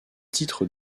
titres